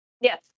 Yes